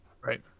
Right